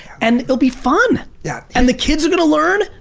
and they'll be fun! yeah and the kids are gonna learn.